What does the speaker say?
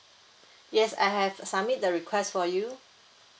yes I have submit the request for you